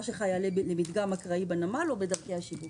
שלך יעלה במדגם אקראי בנמל או בדרכי השיווק.